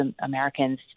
Americans